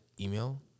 email